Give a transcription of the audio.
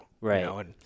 Right